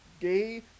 gay